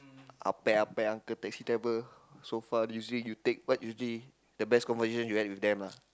apek apek uncle taxi driver so far you see you take what you see the best conversation you had with them lah